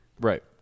right